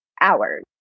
hours